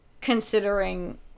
considering